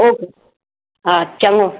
okay हा चङो